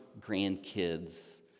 grandkids